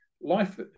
life